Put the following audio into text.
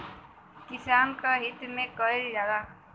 किसान क हित में कईल जाला